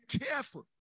careful